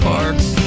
Parks